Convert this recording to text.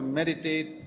meditate